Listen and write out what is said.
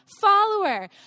follower